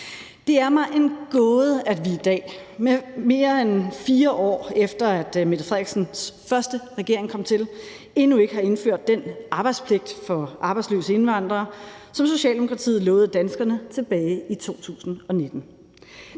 Det er mig en gåde, at vi i dag, mere end 4 år efter Mette Frederiksens første regering kom til, endnu ikke har indført den arbejdspligt for arbejdsløse indvandrere, som Socialdemokratiet lovede danskerne tilbage i 2019.